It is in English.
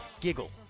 Giggle